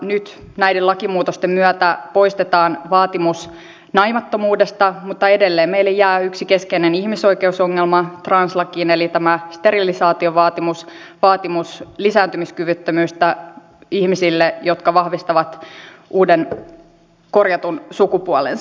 nyt näiden lakimuutosten myötä poistetaan vaatimus naimattomuudesta mutta edelleen meille jää yksi keskeinen ihmisoikeusongelma translakiin eli sterilisaatiovaatimus vaatimus lisääntymiskyvyttömyydestä ihmisille jotka vahvistavat uuden korjatun sukupuolensa